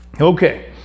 Okay